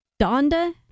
Donda